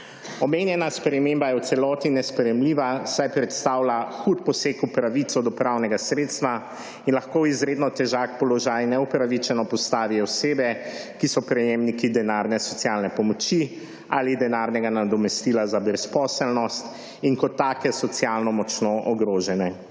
Omenjena sprememba je v celoti nesprejemljiva, saj predstavlja hud poseg v pravico do pravnega sredstva in lahko v izredno težak položaj neupravičeno postavi osebe, ki so prejemniki denarne socialne pomoči ali denarnega nadomestila za brezposelnost in kot take socialno močno ogrožene.